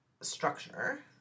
structure